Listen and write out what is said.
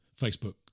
Facebook